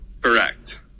Correct